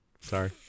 sorry